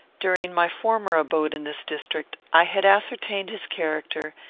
during my former abode in this district, i had ascertained his character,